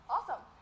Awesome